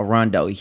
Rondo